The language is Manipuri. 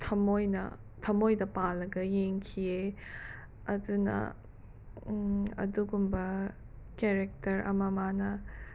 ꯊꯃꯣꯏꯅ ꯊꯃꯣꯏꯗ ꯄꯥꯜꯂꯒ ꯌꯦꯡꯈꯤꯌꯦ ꯑꯗꯨꯅ ꯑꯗꯨꯒꯨꯝꯕ ꯀꯦꯔꯦꯛꯇꯔ ꯑꯃ ꯃꯥꯅ